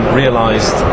realised